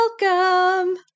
Welcome